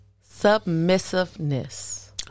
submissiveness